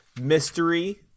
mystery